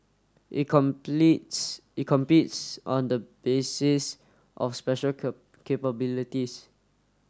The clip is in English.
it completes it competes on the basis of special capabilities